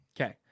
Okay